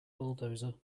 bulldozer